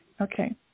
Okay